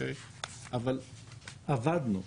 אבל עבדנו,